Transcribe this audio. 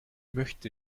möchte